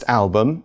album